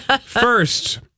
First